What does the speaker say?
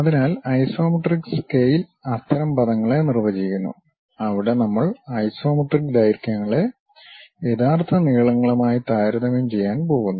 അതിനാൽ isometric scale അത്തരം പദങ്ങളെ നിർവചിക്കുന്നു അവിടെ നമ്മൾ ഐസോമെട്രിക് ദൈർഘ്യങ്ങളെ യഥാർത്ഥ നീളങ്ങളുമായി താരതമ്യം ചെയ്യാൻ പോകുന്നു